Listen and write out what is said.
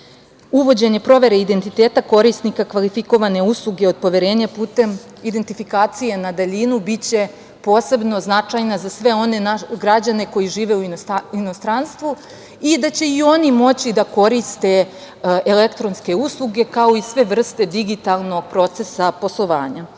provere identiteta korisnika kvalifikovane usluge od poverenja putem identifikacije na daljinu biće posebno značajna za sve one građane koji žive u inostranstvu i da će i oni moći da koriste elektronske usluge, kao i sve vrste digitalnog procesa poslovanja. Ovi